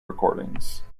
recordings